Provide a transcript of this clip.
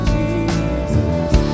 Jesus